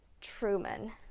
Truman